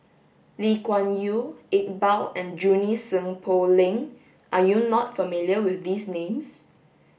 Lee Kuan Yew Iqbal and Junie Sng Poh Leng are you not familiar with these names